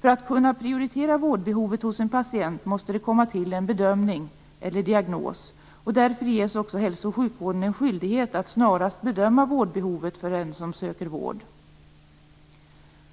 För att kunna prioritera vårdbehovet hos en patient måste man ha en bedömning eller diagnos. Därför ges också hälso och sjukvården en skyldighet att snarast bedöma vårdbehovet för den som söker vård.